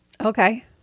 Okay